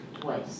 twice